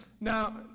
now